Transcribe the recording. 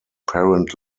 parent